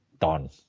done